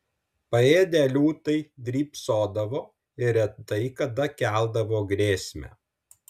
paėdę liūtai drybsodavo ir retai kada keldavo grėsmę